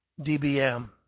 dBm